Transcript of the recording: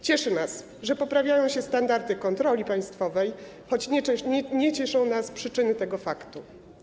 Cieszy nas, że poprawiają się standardy kontroli państwowej, choć nie cieszą nas przyczyny tego faktu.